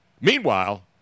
Meanwhile